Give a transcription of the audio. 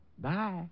Bye